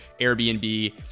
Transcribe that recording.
Airbnb